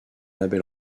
label